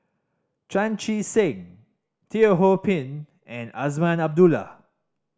Chan Chee Seng Teo Ho Pin and Azman Abdullah